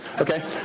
okay